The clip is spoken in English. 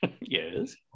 Yes